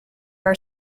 are